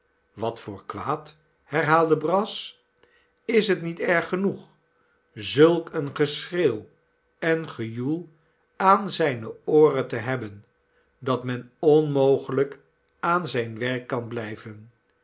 wat voor kwaad herhaalde brass is het niet erg genoeg zulk een geschreeuw en gejoel aan zijne ooren te hebben dat men onmogelijk aan zijn werk kan blijven